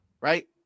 right